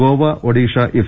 Goa Odisha F